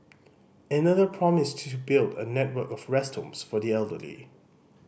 another promised to build a network of rest homes for the elderly